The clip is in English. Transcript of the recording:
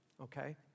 okay